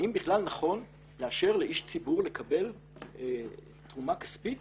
האם בכלל נכון לאשר לאיש ציבור לקבל תרומה כספית